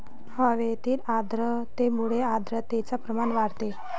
हवेतील आर्द्रतेमुळे आर्द्रतेचे प्रमाण वाढते